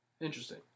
Interesting